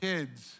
Kids